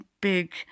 big